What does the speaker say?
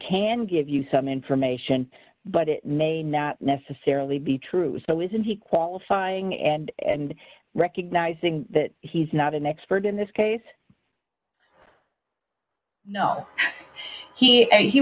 can give you some information but it may not necessarily be true so isn't he qualifying and recognizing that he's not an expert in this case no he